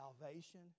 salvation